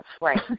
Right